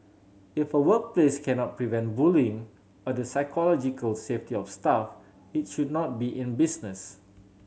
if a workplace cannot prevent bullying or the psychological safety of staff it should not be in business